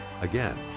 Again